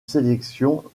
sélections